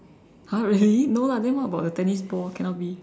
!huh! really no lah then what about the tennis ball cannot be